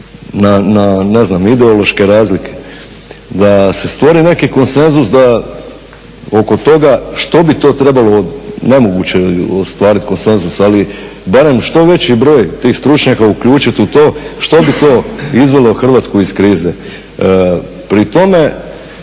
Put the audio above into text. znam ideološke razlike da se stvori neki konsenzus da oko toga što bi to trebalo nemoguće ostvariti konsenzus ali barem što veći broj tih stručnjaka uključiti u to što bi to izvelo Hrvatsku iz krize. Pri tome,